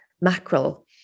mackerel